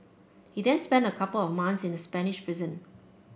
he then spent a couple of months in a Spanish prison